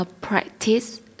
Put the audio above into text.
practice